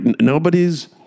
nobody's